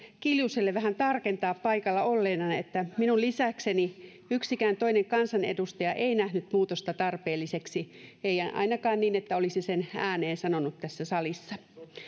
kiljuselle vähän tarkentaa paikalla olleena että minun lisäkseni yksikään toinen kansanedustaja ei nähnyt muutosta tarpeelliseksi ei ainakaan niin että olisi sen ääneen sanonut tässä salissa